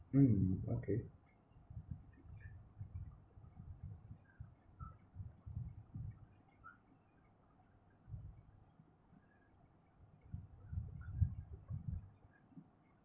mm okay